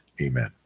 Amen